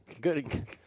good